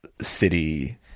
city